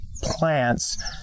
plants